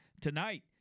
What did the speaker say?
tonight